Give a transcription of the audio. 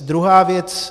Druhá věc.